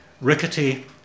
rickety